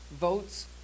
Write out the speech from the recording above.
votes